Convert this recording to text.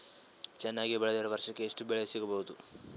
ಚೆನ್ನಾಗಿ ಬೆಳೆದ್ರೆ ವರ್ಷಕ ಎಷ್ಟು ಬೆಳೆ ಸಿಗಬಹುದು?